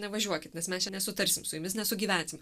nevažiuokit nes mes čia nesutarsim su jumis nesugyvensim